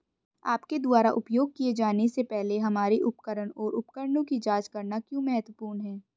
आपके द्वारा उपयोग किए जाने से पहले हमारे उपकरण और उपकरणों की जांच करना क्यों महत्वपूर्ण है?